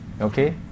okay